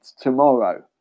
tomorrow